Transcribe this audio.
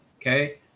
okay